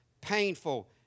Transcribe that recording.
painful